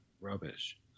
rubbish